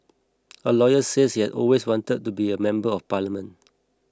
a lawyer says that he always wanted to be a member of parliament